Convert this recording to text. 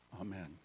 Amen